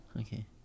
Okay